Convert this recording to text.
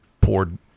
poured